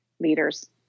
leaders